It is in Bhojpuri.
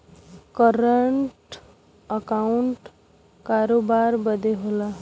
करंट अकाउंट करोबार बदे होला